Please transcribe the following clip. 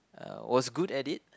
uh was good at it